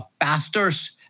pastors